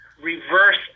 reverse